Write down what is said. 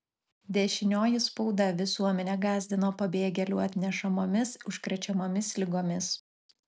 dešinioji spauda visuomenę gąsdino pabėgėlių atnešamomis užkrečiamomis ligomis